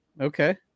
okay